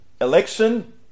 Election